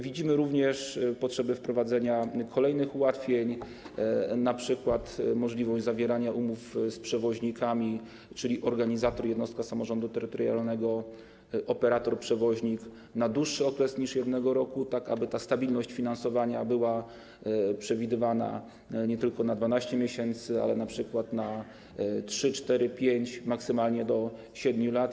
Widzimy również potrzebę wprowadzenia kolejnych ułatwień, np. możliwości zawierania umów z przewoźnikami, czyli na linii organizator, jednostka samorządu terytorialnego - operator, przewoźnik, na dłuższy okres niż 1 rok, tak aby stabilność finansowania była przewidywana nie tylko na 12 miesięcy, ale np. na 3, 4, 5, maksymalnie 7 lat.